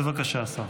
בבקשה, השר.